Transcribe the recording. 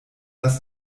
das